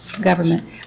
government